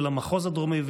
של המחוז הדרומי,